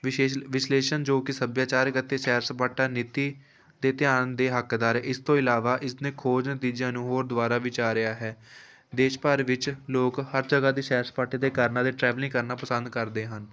ਵਿਸ਼ੇਸ਼ ਵਿਸ਼ਲੇਸ਼ਣ ਜੋ ਕਿ ਸੱਭਿਆਚਾਰਕ ਅਤੇ ਸੈਰ ਸਪਾਟਾ ਨੀਤੀ 'ਤੇ ਧਿਆਨ ਦੇ ਹੱਕਦਾਰ ਇਸ ਤੋਂ ਇਲਾਵਾ ਇਸ ਨੇ ਖੋਜ ਨਤੀਜਿਆਂ ਨੂੰ ਹੋਰ ਦੁਬਾਰਾ ਵਿਚਾਰਿਆ ਹੈ ਦੇਸ਼ ਭਰ ਵਿੱਚ ਲੋਕ ਹਰ ਜਗ੍ਹਾ 'ਤੇ ਸੈਰ ਸਪਾਟਾ ਦੇ ਕਰਨਾ ਅਤੇ ਟਰੈਵਲਿੰਗ ਕਰਨਾ ਪਸੰਦ ਕਰਦੇ ਹਨ